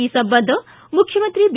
ಈ ಸಂಬಂಧ ಮುಖ್ಯಮಂತ್ರಿ ಬಿ